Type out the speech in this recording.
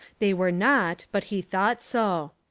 they were not but he thought so.